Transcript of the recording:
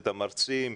את המרצים,